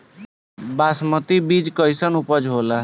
बासमती बीज कईसन उपज होला?